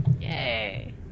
Yay